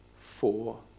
four